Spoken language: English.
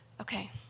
Okay